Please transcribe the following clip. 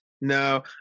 No